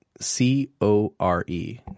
C-O-R-E